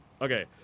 okay